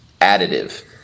additive